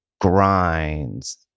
grinds